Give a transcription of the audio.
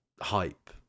hype